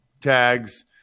tags